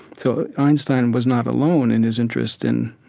so einstein was not alone in his interest in,